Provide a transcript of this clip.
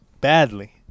badly